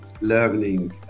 learning